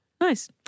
Nice